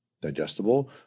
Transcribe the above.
digestible